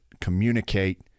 communicate